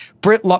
Britt